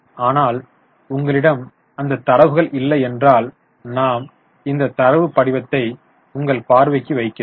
ஆனால் உங்களிடம் அந்த தரவுகள் இல்லை என்றால் நாம் இந்த தரவு படிவத்தை உங்கள் பார்வைக்கு வைக்கிறேன்